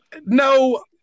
No